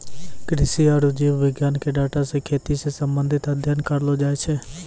कृषि आरु जीव विज्ञान के डाटा मे खेती से संबंधित अध्ययन करलो जाय छै